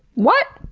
what?